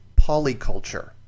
polyculture